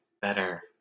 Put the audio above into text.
better